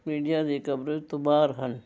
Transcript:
media ਦੀ coverage ਤੋਂ ਬਾਹਰ ਹਨ